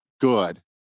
good